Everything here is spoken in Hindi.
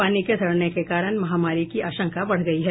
पानी के सड़ने के कारण महामारी की आशंका बढ़ गयी है